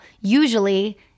usually